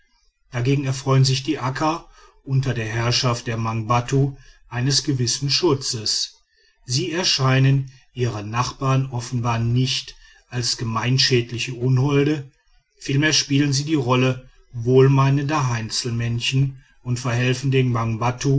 dagegen erfreuen sich die akka unter der herrschaft der mangbattu eines gewissen schutzes sie erscheinen ihren nachbarn offenbar nicht als gemeinschädliche unholde vielmehr spielen sie die rolle wohlmeinender heinzelmännchen und verhelfen den